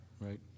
right